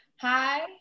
Hi